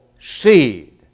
seed